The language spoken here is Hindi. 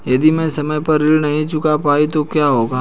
यदि मैं समय पर ऋण नहीं चुका पाई तो क्या होगा?